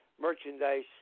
merchandise